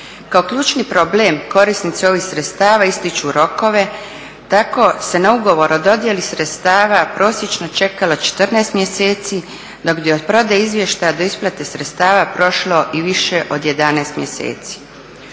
Kao ključni problem korisnici ovih sredstava ističu rokove tako se na ugovor o dodjeli sredstava prosječno čekalo 14 mjeseci dok bi od predaje izvještaja do isplate sredstava prošlo i više od 11 mjeseci.